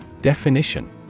Definition